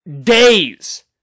Days